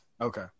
Okay